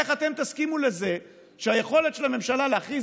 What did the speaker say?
איך אתם תסכימו לזה שהיכולת של הממשלה להכריז